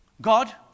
God